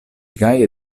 gaje